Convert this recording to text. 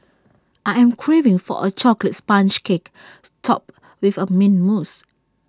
I am craving for A Chocolate Sponge Cake Topped with A Mint Mousse